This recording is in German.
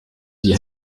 die